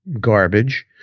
garbage